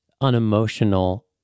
unemotional